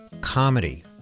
comedy